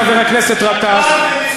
חבר הכנסת גטאס,